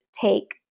take